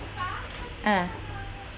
ah